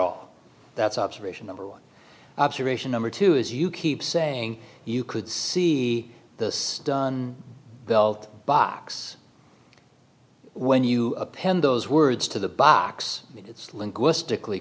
all that's observation number one observation number two is you keep saying you could see this done belt box when you append those words to the box it's linguistically